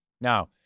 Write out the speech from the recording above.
Now